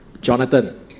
Jonathan